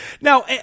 Now